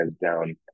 down